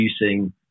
reducing